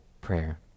prayer